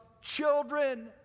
children